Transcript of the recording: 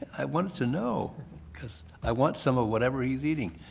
i want to know because i want some of whatever he is eating.